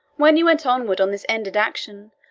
when you went onward on this ended action,